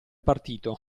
partito